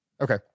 Okay